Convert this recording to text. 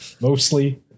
Mostly